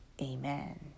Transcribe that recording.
Amen